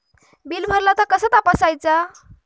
Bill भरला तर कसा तपसायचा?